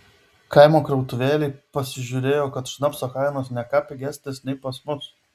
kaimo krautuvėlėj pasižiūrėjau kad šnapso kainos ne ką pigesnės nei pas mus